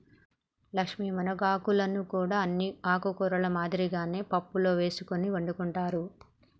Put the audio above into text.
లక్ష్మీ మునగాకులను కూడా అన్ని ఆకుకూరల మాదిరిగానే పప్పులో ఎసుకొని వండుకుంటారు